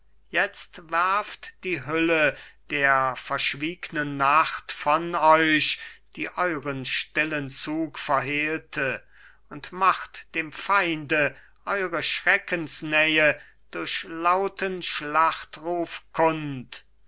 jetzt werft die hülle der verschwiegnen nacht von euch die euren stillen zug verhehlte und macht dem feinde eure schreckensnähe durch lauten schlachtruf